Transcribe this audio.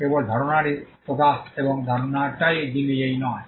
কেবল ধারণারই প্রকাশ এবং ধারণাটি নিজেই নয়